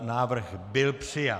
Návrh byl přijat.